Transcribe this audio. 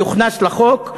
יוכנס לחוק,